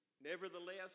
Nevertheless